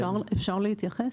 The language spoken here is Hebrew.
אפשר להתייחס?